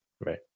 Right